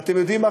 ואתם יודעים מה,